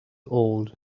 old